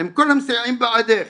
עם כל המסייעים בעדך,